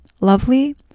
lovely